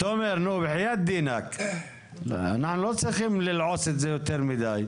תומר, אנחנו לא צריכים ללעוס את זה יותר מדי.